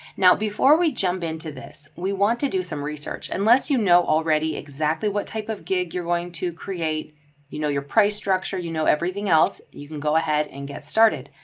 now before we jump into this, we want to do some research unless you know already exactly what type of gig you're going to create, you know your price structure, you know everything else, you can go ahead and get started.